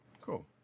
cool